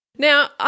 Now